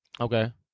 Okay